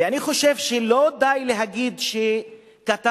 ואני חושב שלא די להגיד שכתבנו,